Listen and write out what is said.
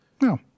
no